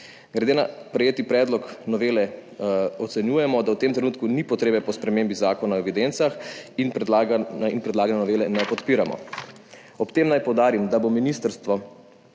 Glede na prejeti predlog novele ocenjujemo, da v tem trenutku ni potrebe po spremembi Zakona o evidencah in predlagane novele ne podpiramo. Ob tem naj poudarim, da bo ministrstvo